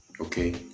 okay